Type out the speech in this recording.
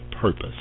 purpose